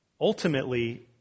ultimately